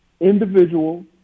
Individual